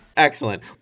Excellent